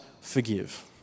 forgive